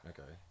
Okay